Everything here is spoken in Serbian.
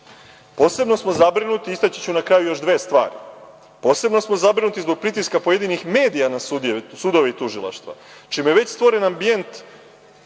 tema. Posebno smo zabrinuti, istaći ću na kraju još dve stvari. Posebno smo zabrinuti zbog pritiska pojedinih medija na sudove i tužilaštva, čime je već stvorena ambijent